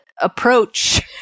approach